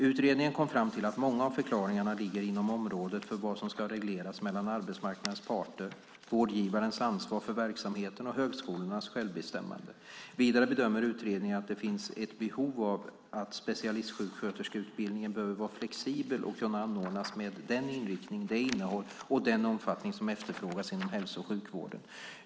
Utredningen kom fram till att många av förklaringarna ligger inom området för vad som ska regleras mellan arbetsmarknadens parter, vårdgivarens ansvar för verksamheten och högskolornas självbestämmande. Vidare bedömer utredningen att det finns ett behov av att specialistsjuksköterskeutbildningen är flexibel och kan anordnas med den inriktning, det innehåll och den omfattning som efterfrågas inom hälso och sjukvården.